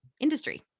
industry